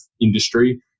industry